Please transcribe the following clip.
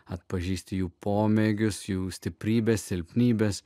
atpažįsti jų pomėgius jų stiprybes silpnybes